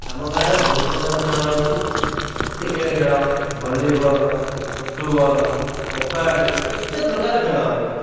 ଆମ ଗାଁରେ ବହୁତ ପ୍ରକାର ଖେଳ ହେଉଛି କ୍ରିକେଟ ଖେଳ ଭଲିବଲ୍ ଫୁଟବଲ କବାଡ଼ି କେତେପ୍ରକାର ଖେଳ ହେଉଛି